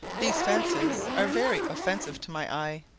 these fences are very offensive to my eye.